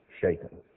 shaken